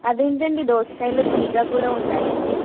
అది ఏంటండి దోసకాయలలో తియ్యగా కూడా ఉంటాయా అండి